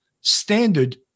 standard